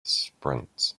sprints